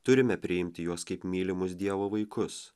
turime priimti juos kaip mylimus dievo vaikus